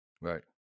Right